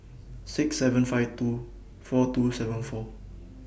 six seven five two four two seven four